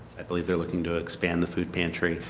i believe they are looking to expand the food pantry,